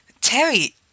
Terry